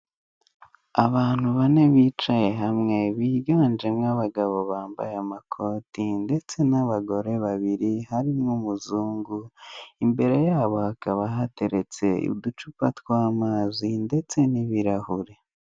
Abantu bane bicaye hamwe biganjemo abagabo bambaye amakoti ndetse n' abagore babiri harimo umuzungu imbere ye hakaba hateretse uducupa tw' amazi ndetse n' ibirahure.